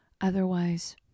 Otherwise